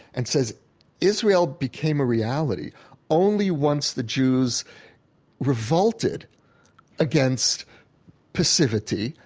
and says israel became a reality only once the jews revolted against passivity,